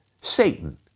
Satan